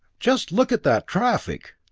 just look at that traffic!